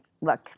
look